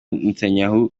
netanyahu